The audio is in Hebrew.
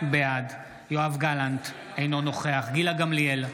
בעד יואב גלנט, אינו נוכח גילה גמליאל,